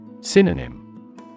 Synonym